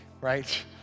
right